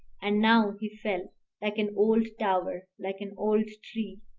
and now he fell like an old tower, like an old tree.